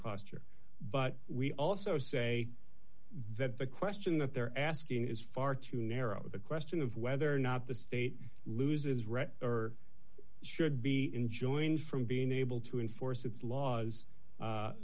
posture but we also say that the question that they're asking is far too narrow a question of whether or not the state loses right or should be enjoying from being able to enforce its laws